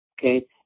okay